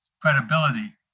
credibility